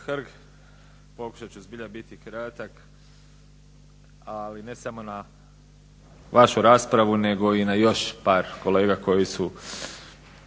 Hrg, pokušat ću zbilja biti kratak ali ne samo na vašu raspravu, nego i na još par kolega koji su